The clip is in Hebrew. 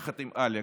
יחד עם אלכס.